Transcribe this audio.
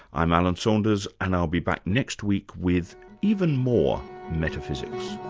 i'm alan saunders, and i'll be back next week with even more metaphysics